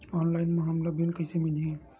Online म हमला bill कइसे मिलही?